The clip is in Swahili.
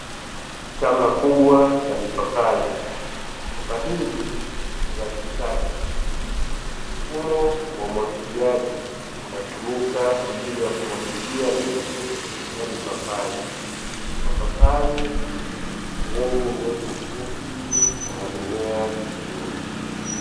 Shamba kubwa la mipapai. Shamba hili ni la kisasa. Mfumo wa umwagiliaji unatumika kwa ajili ya kumwagilia miti ya mipapai. Mapapai ni yenye mbegu fupi na yamemea vizuri.